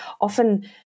often